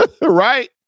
right